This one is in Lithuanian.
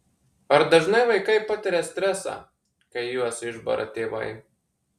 ar dažnai vaikai patiria stresą kai juos išbara tėvai